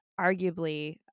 arguably